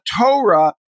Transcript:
Torah